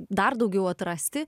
dar daugiau atrasti